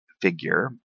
figure